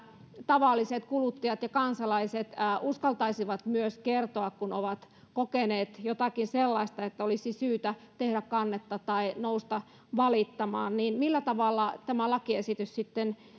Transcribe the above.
tavalliset kuluttajat ja kansalaiset uskaltaisivat myös kertoa kun ovat kokeneet jotakin sellaista että olisi syytä tehdä kannetta tai nousta valittamaan millä tavalla tämä lakiesitys